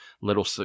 little